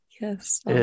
Yes